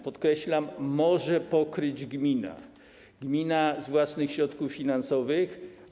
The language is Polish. Podkreślam: może pokryć gmina, z własnych środków finansowych.